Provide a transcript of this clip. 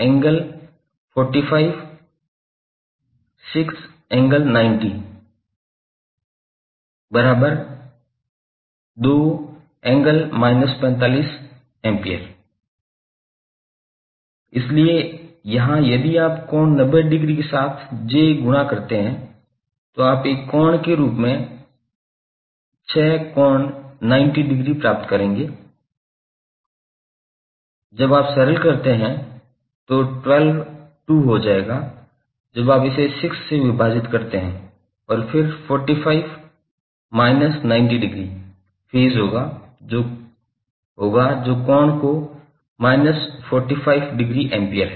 इसलिए 𝑰𝑽𝑗𝜔𝐿12∠45𝑗60∗0112∠456∠902∠−45A इसलिए यहां यदि आप कोण 90 डिग्री के साथ j गुणा करते हैं तो आप एक कोण के रूप में 6 कोण 90 डिग्री प्राप्त करेंगे और जब आप सरल करते हैं तो 12 2 हो जायेगा जब आप इसे 6 से विभाजित करते है और फिर 45 minus 90 डिग्री फेज़ होगा कोण जो कि minus 45 डिग्री एम्पीयर है